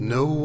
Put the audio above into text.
no